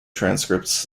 transcripts